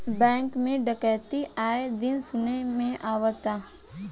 bank में डकैती आये दिन सुने में आवता